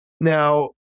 now